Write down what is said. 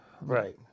Right